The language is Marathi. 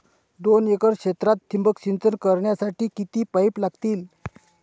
दोन एकर क्षेत्रात ठिबक सिंचन करण्यासाठी किती पाईप लागतील?